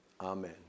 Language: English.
Amen